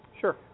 Sure